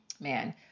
Man